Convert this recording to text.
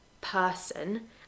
person